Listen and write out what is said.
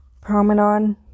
Promenade